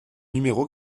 numéro